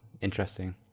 interesting